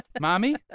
mommy